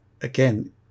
again